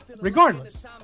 regardless